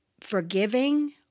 forgiving